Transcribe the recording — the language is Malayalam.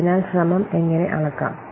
അതിനാൽ ശ്രമം എങ്ങനെ അളക്കാം